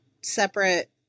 separate